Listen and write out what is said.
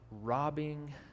robbing